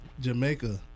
Jamaica